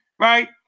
Right